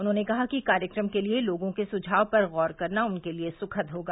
उन्होंने कहा कि कार्यक्रम के लिए लोगों के सुझाव पर गौर करना उनके लिए सुखद होगा